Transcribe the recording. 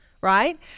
right